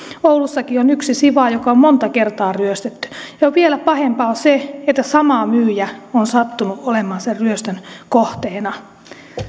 oulussakin on yksi siwa joka on monta kertaa ryöstetty ja vielä pahempaa on se että sama myyjä on sattunut olemaan sen ryöstön kohteena